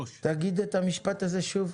תגיד את המשפט הזה שוב,